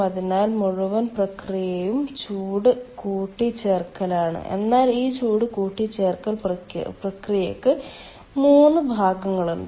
അതിനാൽ മുഴുവൻ പ്രക്രിയയും ചൂട് കൂട്ടിച്ചേർക്കലാണ് എന്നാൽ ഈ ചൂട് കൂട്ടിച്ചേർക്കൽ പ്രക്രിയയ്ക്ക് 3 ഭാഗങ്ങളുണ്ട്